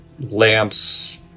lamps